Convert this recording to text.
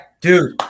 Dude